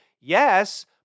Yes